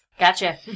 Gotcha